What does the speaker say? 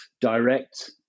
direct